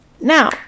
Now